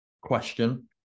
question